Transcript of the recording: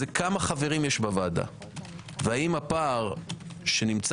זה כמה חברים יש בוועדה והאם הפער שנמצא